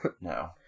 No